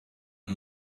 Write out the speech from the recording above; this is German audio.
und